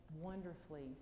wonderfully